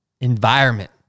environment